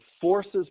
forces